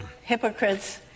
hypocrites